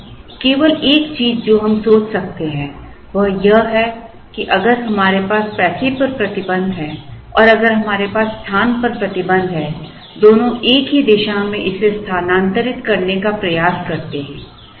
इसलिए केवल एक चीज जो हम सोच सकते हैं वह यह है कि अगर हमारे पास पैसे पर प्रतिबंध है और अगर हमारे पास स्थान पर प्रतिबंध है दोनों एक ही दिशा में इसे स्थानांतरित करने का प्रयास करते हैं